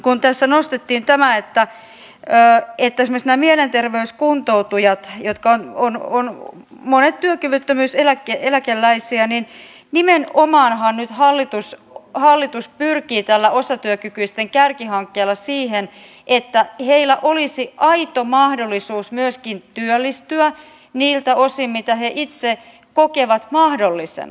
kun tässä nostettiin esimerkiksi nämä mielenterveyskuntoutujat jotka ovat monet työkyvyttömyyseläkeläisiä niin nimenomaanhan nyt hallitus pyrkii tällä osatyökykyisten kärkihankkeella siihen että heillä olisi aito mahdollisuus myöskin työllistyä niiltä osin mitä he itse kokevat mahdollisena